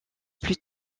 plus